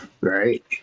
right